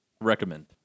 recommend